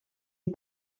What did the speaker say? est